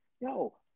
Yo